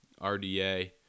RDA